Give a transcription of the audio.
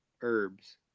herbs